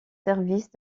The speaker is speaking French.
services